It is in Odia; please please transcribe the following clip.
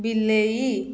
ବିଲେଇ